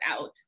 out